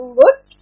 look